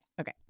Okay